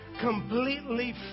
completely